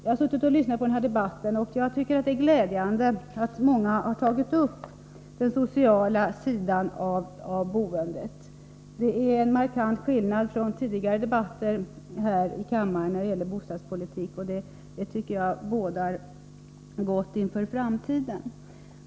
Jag har suttit och lyssnat på den här debatten, och jag vill säga att jag tycker att det är glädjande att många talare har tagit upp den sociala sidan av boendet i sina anföranden. Det är en markant skillnad i förhållande till tidigare debatter här i kammaren när det gäller bostadspolitik, och det tycker jag bådar gott inför framtiden.